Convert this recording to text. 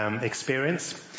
experience